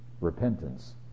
Repentance